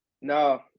no